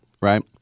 right